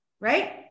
Right